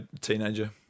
teenager